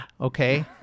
Okay